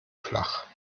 flach